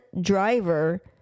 driver